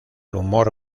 humor